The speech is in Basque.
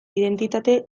identitate